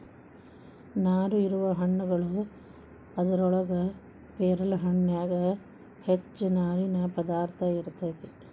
ನಾರು ಇರುವ ಹಣ್ಣುಗಳು ಅದರೊಳಗ ಪೇರಲ ಹಣ್ಣಿನ್ಯಾಗ ಹೆಚ್ಚ ನಾರಿನ ಪದಾರ್ಥ ಇರತೆತಿ